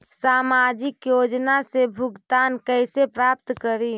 सामाजिक योजना से भुगतान कैसे प्राप्त करी?